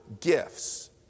gifts